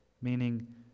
meaning